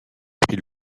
pris